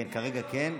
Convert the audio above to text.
כן, כרגע כן.